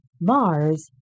Mars